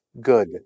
good